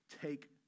take